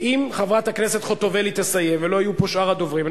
אם חברת הכנסת חוטובלי תסיים ולא יהיו פה שאר הדוברים,